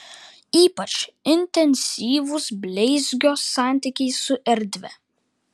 ypač intensyvūs bleizgio santykiai su erdve